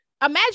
imagine